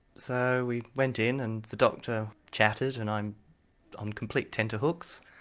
so we went in and the doctor chatted and i'm on complete tenderhooks.